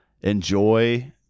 enjoy